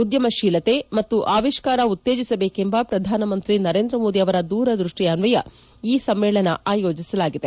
ಉದ್ಯಮಶೀಲತೆ ಮತ್ತು ಆವಿಷ್ಕಾರ ಉತ್ತೇಜಿಸಬೇಕೆಂಬ ಪ್ರಧಾನಮಂತ್ರಿ ನರೇಂದ್ರ ಮೋದಿ ಅವರ ದೂರದೃಷ್ಟಿ ಅನ್ವಯ ಈ ಸಮ್ಮೇಳನವನ್ನು ಆಯೋಜಿಸಲಾಗಿದೆ